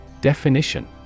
Definition